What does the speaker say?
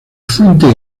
fuente